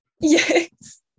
Yes